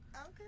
okay